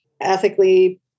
ethically